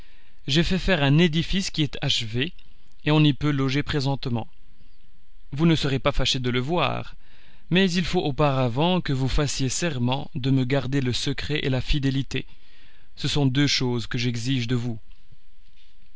j'ai fait faire un édifice qui est achevé et on y peut loger présentement vous ne serez pas fâché de le voir mais il faut auparavant que vous fassiez serment de me garder le secret et la fidélité ce sont deux choses que j'exige de vous